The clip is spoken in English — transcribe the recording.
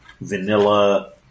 vanilla